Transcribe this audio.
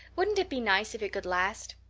wouldn't it be nice if it could last?